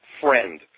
friend